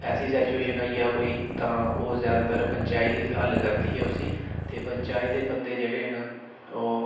ऐसी situation आई जा कोई तां ओह् ज्यादातर पंचायत ही हल करदी ऐ उसी ते पंचायत दे बंदे जेह्ड़े न ओह्